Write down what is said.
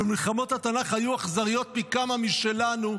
ומלחמות התנ"ך היו אכזריות פי כמה משלנו,